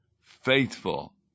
faithful